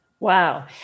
Wow